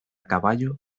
caballo